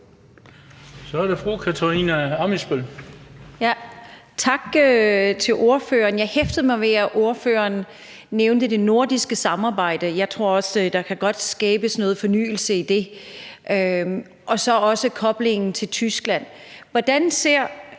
Tak til ordføreren. Jeg hæftede mig ved, at ordføreren nævnte det nordiske samarbejde, og jeg tror også, at der godt kan skabes noget fornyelse i det og i koblingen til Tyskland. Hvordan ser